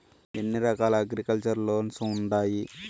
ఎన్ని రకాల agriculture loans ఉండాయి